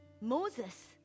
Moses